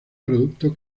producto